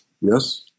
yes